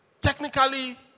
technically